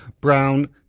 brown